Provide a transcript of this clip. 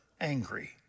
angry